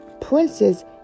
princes